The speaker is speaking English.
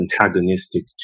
antagonistic